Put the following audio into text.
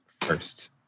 First